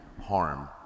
harm